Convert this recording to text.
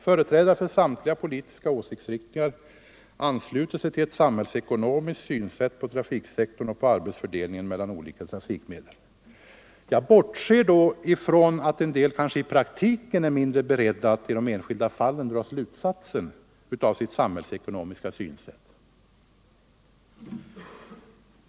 Företrädare för samtliga politiska åsiktsriktningar ansluter sig till ett samhällsekonomiskt synsätt på trafiksektorn och på arbetsfördelningen mellan olika trafikmedel. Jag bortser då från att en del kanske i praktiken är mindre beredda att i de enskilda fallen dra slutsatserna av sitt samhällsekonomiska synsätt.